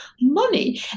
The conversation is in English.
money